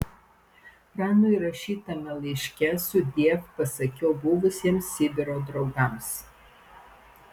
pranui rašytame laiške sudiev pasakiau buvusiems sibiro draugams